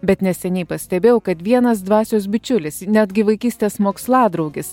bet neseniai pastebėjau kad vienas dvasios bičiulis netgi vaikystės moksladraugis